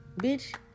Bitch